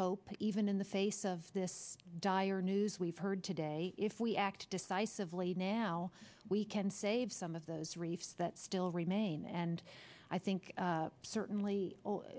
hope even in the face of this dire news we've heard today if we act decisively now we can save some of those reefs that still remain and i think certainly